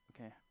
okay